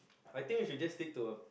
I think we should just stick to a